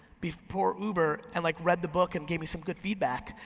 before uber, and like read the book and gave me some good feedback.